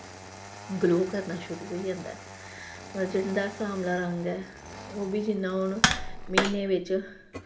glow करना शुरू होई जंदा ऐ मतलब जिंदा सांबला रंग ऐ ओह् बी जियां हून म्हीने बिच्च